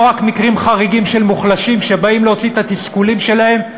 וזה לא רק מקרים חריגים של מוחלשים שבאים להוציא את התסכולים שלהם,